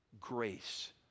grace